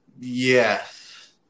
Yes